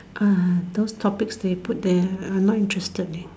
ah those topics they put there I not interested leh